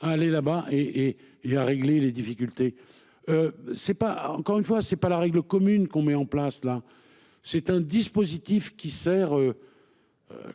Aller là-bas et et et à régler les difficultés. C'est pas encore une fois c'est pas la règle commune qu'on met en place là. C'est un dispositif qui sert.